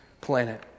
planet